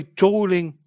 tolling